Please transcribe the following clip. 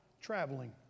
traveling